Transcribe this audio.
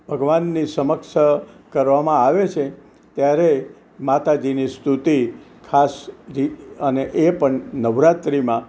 ભગવાનની સમક્ષ કરવામાં આવે છે ત્યારે માતાજીની સ્તુતિ ખાસ અને એ પણ નવરાત્રીમાં